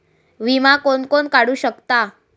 विमा कोण कोण काढू शकता?